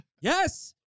Yes